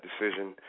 decision